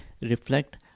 reflect